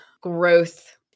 growth